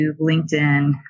LinkedIn